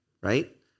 right